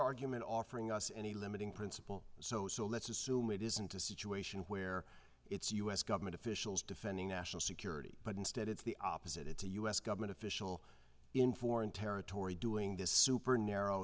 argument offering us any limiting principle so so let's assume it isn't a situation where it's u s government official defending national security but instead it's the opposite it's a u s government official in foreign territory doing this super narrow